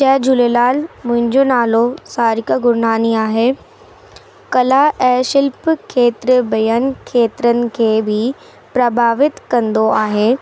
जय झूलेलाल मुंहिंजो नालो सारिका गुरनानी आहे कला ऐं शिल्प खेत्र ॿियनि खेत्रनि खे बि प्रभावित कंदो आहे